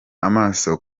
amaso